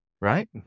right